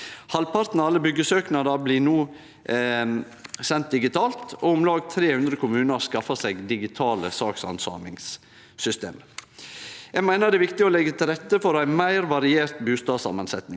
Halvparten av alle byggjesøknader blir no sende digitalt, og om lag 300 kommunar har skaffa digitalt sakshandsamingssystem. Eg meiner det er viktig å leggje til rette for ei meir variert bustadsamansetjing.